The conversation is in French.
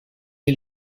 est